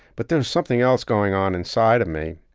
but there was something else going on inside of me.